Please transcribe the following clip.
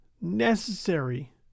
necessary